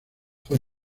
fue